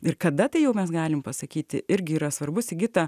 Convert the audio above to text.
ir kada tai jau mes galim pasakyti irgi yra svarbu sigita